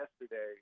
yesterday